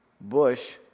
Bush